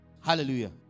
Hallelujah